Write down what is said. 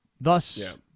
Thus